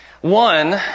One